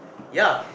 yeah